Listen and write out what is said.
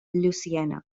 louisiana